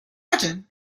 imagine